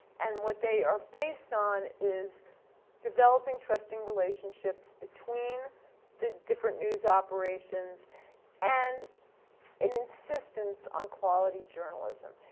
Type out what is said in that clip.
and, what they are based on is developing trusting relationships between the different news operations and an insistence on quality journalism.